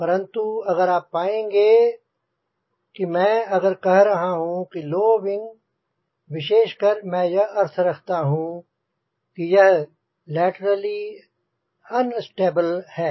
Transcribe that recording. परंतु अगर आप पाएंँगे कि मैं अगर कह रहा हूंँ कि लो विंग विशेषकर मैं यह अर्थ रखता हूंँ कि यह लैटरली अनस्टेबल है